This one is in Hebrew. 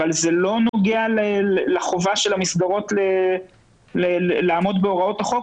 אבל זה לא נוגע לחובה של המסגרות לעמוד בהוראות החוק.